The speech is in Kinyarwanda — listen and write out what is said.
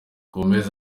gomez